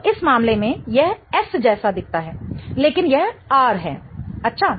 तो इस मामले में यह S जैसा दिखता है लेकिन यह R है अच्छा